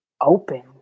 open